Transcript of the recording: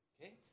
okay